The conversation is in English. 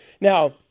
Now